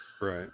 Right